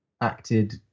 acted